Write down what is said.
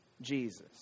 Jesus